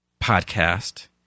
podcast